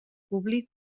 públic